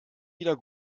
wieder